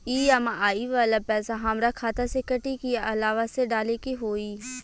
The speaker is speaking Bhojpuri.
ई.एम.आई वाला पैसा हाम्रा खाता से कटी की अलावा से डाले के होई?